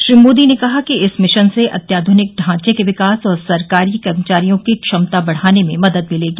श्री मोदी ने कहा कि इस मिशन से अत्याध्रनिक ढांचे के विकास और सरकारी कर्मचारियों की क्षमता बढाने में मदद मिलेगी